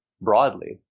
broadly